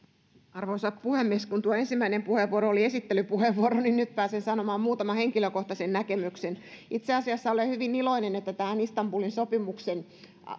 arvoisa puhemies kun tuo ensimmäisen puheenvuoro oli esittelypuheenvuoro niin nyt pääsen sanomaan muutaman henkilökohtaisen näkemyksen itse asiassa olen hyvin iloinen että tähän istanbulin sopimuksen